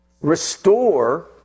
restore